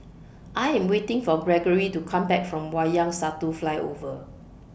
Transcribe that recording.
I Am waiting For Gregory to Come Back from Wayang Satu Flyover